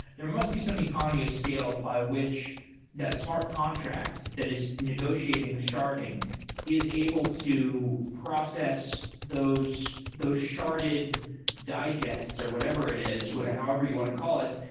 there must be some economy of scale by which that smart contract that is negotiating the sharding is able to process those those sharded digests or whatever it is, however you want to call it,